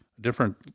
different